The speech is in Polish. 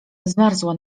zmarzła